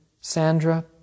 Sandra